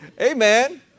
Amen